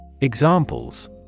Examples